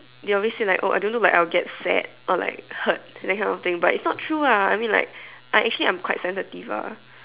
they obviously like oh I don't look like I will get sad or like hurt that kind of thing but it's not true lah I mean like actually I'm quite sensitive ah